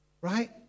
right